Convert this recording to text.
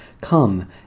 Come